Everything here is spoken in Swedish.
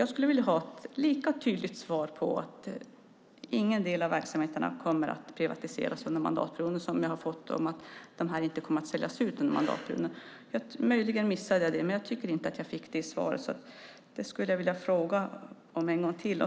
Jag skulle vilja ha ett lika tydligt svar att ingen del av verksamheterna kommer att privatiseras under mandatperioden som det jag fick att dessa inte kommer att säljas ut under mandatperioden. Möjligen missade jag det, men jag tycker inte att jag fick det svaret. Jag skulle vilja ställa den frågan en gång till.